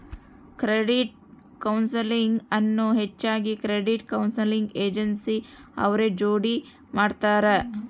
credit counselling ಅನ್ನು ಹೆಚ್ಚಾಗಿ credit counselling agency ಅವ್ರ ಜೋಡಿ ಮಾಡ್ತರ